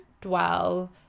dwell